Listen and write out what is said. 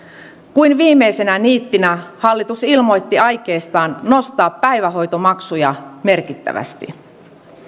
kuin viimeisenä niittinä hallitus ilmoitti aikeistaan nostaa päivähoitomaksuja merkittävästi